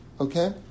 Okay